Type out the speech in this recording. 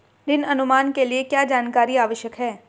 ऋण अनुमान के लिए क्या जानकारी आवश्यक है?